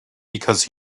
because